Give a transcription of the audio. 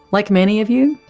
like many of you,